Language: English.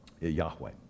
Yahweh